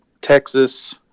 Texas